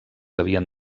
havien